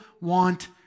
want